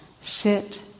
Sit